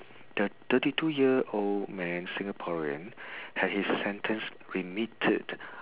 thi~ thirty two year old man singaporean had his sentence remitted